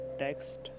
text